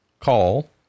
call